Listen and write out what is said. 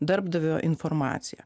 darbdavio informaciją